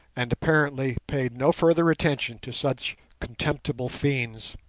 and apparently paid no further attention to such contemptible fiends.